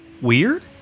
weird